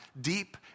deep